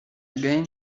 again